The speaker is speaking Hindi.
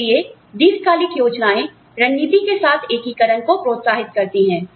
इसलिए दीर्घकालिक योजनाएं रणनीति के साथ एकीकरण को प्रोत्साहित करती हैं